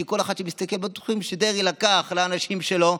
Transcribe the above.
כי כל אחד שמסתכל בטוח שדרעי לקח לאנשים שלו,